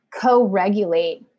co-regulate